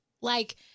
like-